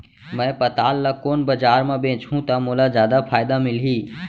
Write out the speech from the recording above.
मैं पताल ल कोन बजार म बेचहुँ त मोला जादा फायदा मिलही?